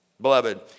Beloved